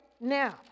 now